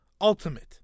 Ultimate